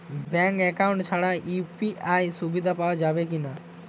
Bank account ছাড়া UPI সুবিধা পাওয়া যাবে কি না?